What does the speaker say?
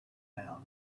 town